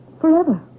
Forever